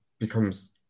becomes